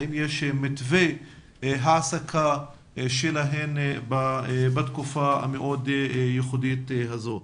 האם יש להן מתווה העסקה בתקופה המאוד ייחודית הזו.